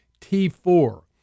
T4